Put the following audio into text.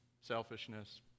selfishness